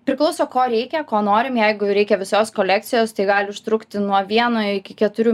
priklauso ko reikia ko norim jeigu reikia visos kolekcijos tai gali užtrukti nuo vieno iki keturių